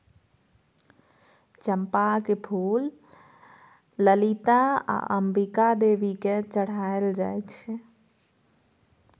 चंपाक फुल ललिता आ अंबिका देवी केँ चढ़ाएल जाइ छै